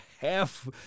half